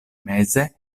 meze